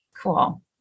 cool